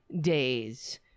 days